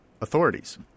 authorities